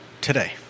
today